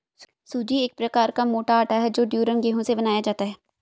सूजी एक प्रकार का मोटा आटा है जो ड्यूरम गेहूं से बनाया जाता है